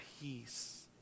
peace